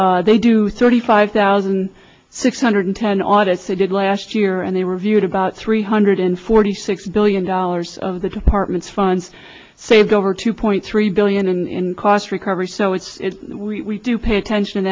agency they do thirty five thousand six hundred ten audit they did last year and they reviewed about three hundred forty six billion dollars of the department's funds saved over two point three billion in cost recovery so it's we do pay attention t